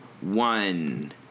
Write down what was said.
one